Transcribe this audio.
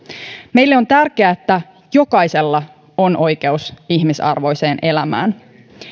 meille on tärkeää että jokaisella on oikeus ihmisarvoiseen elämään